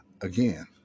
again